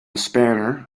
spanner